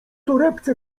torebce